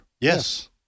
Yes